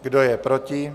Kdo je proti?